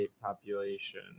population